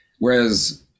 whereas